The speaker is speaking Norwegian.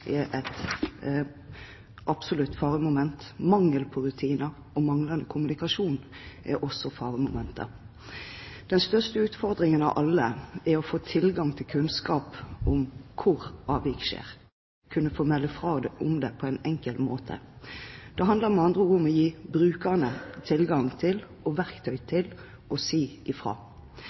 er et absolutt faremoment. Mangel på rutiner og manglende kommunikasjon er også faremomenter. Den største utfordringen av alle er å få tilgang til kunnskap om hvor avvik skjer. For å få den tilgangen må nødvendigvis de som utsettes for avvik, kunne få melde fra om det på en enkel måte. Det handler med andre ord om å gi brukerne tilgang og verktøy til å